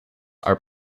are